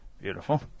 Beautiful